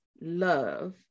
love